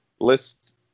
list